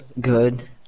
good